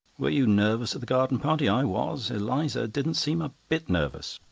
were you nervous at the garden party? i was. eliza didn't seem a bit nervous.